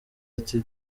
ati